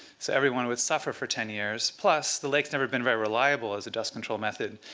so everyone would suffer for ten years, plus the lake's never been very reliable as a dust control method.